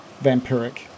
vampiric